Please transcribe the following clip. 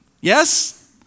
Yes